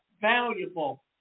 valuable